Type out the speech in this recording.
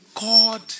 God